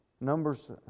Numbers